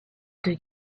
deux